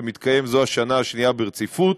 המתקיים זו השנה השנייה ברציפות,